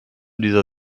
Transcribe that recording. dieser